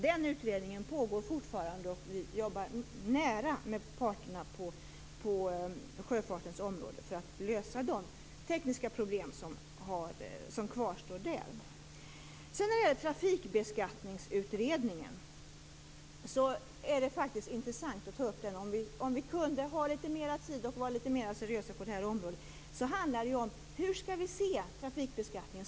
Den utredningen pågår fortfarande och arbetar nära med parterna på sjöfartens område för att lösa de tekniska problem som kvarstår där. Tafikbeskattningsutredningen är intressant att ta upp om vi kunde ha litet mer tid och vara litet mera seriösa på det här området. Det handlar om hur vi skall se på trafikbeskattningen.